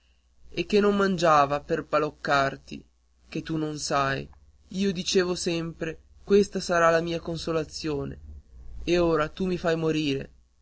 e che non mangiava per baloccarti tu non lo sai io dicevo sempre questo sarà la mia consolazione e ora tu mi fai morire